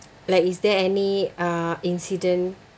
like is there any uh incident